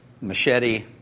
Machete